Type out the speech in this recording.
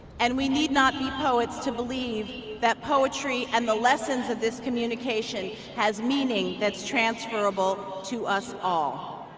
and we need not be poets to believe that poetry and the lessons of this communication has meaning that's transferable to us all.